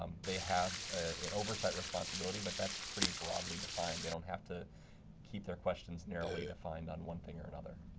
they have ah an oversight responsibility, but that's pretty broadly defined. they don't have to keep their questions narrowly defined on one thing or another.